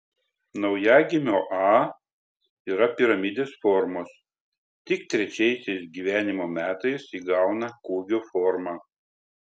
naujagimio a yra piramidės formos tik trečiaisiais gyvenimo metais įgauna kūgio formą